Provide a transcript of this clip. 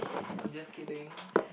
I'm just kidding